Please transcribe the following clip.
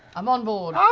i'm on board. ah